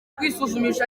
kwisuzumisha